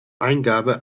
eingabe